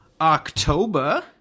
October